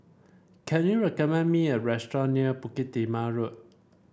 can you recommend me a restaurant near Bukit Timah Road